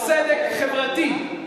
צדק חברתי,